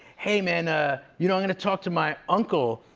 hey, man, ah you know, i'm gonna talk to my uncle.